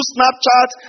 Snapchat